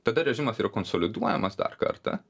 tada režimas yra konsoliduojamas dar kartą